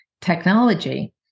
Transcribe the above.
technology